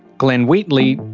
glenn wheatley,